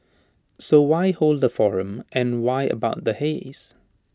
so why hold A forum and why about the haze